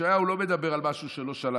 ישעיהו לא מדבר על משהו שלא שלט.